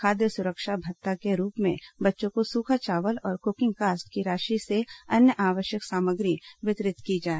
खाद्य सुरक्षा भत्ता के रूप में बच्चों को सूखा चावल और कुकिंग कास्ट की राशि से अन्य आवश्यक सामग्री वितरित की जाए